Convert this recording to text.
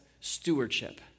stewardship